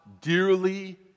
dearly